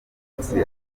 munsi